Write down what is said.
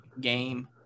game